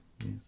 yes